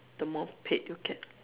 the more paid you get